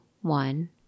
one